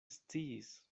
sciis